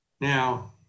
Now